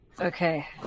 okay